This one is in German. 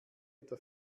etwa